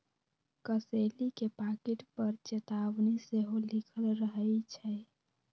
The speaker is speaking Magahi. कसेली के पाकिट पर चेतावनी सेहो लिखल रहइ छै